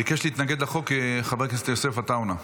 ביקש להתנגד לחוק חבר הכנסת יוסף עטאונה.